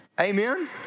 Amen